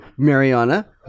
Mariana